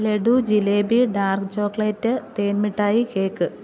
laddu jalebi dark chocolate തേൻ മിട്ടായി cake